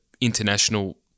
international